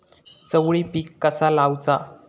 चवळी पीक कसा लावचा?